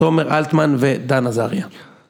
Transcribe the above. ‫תומר אלטמן ודן עזריה.